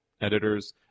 editors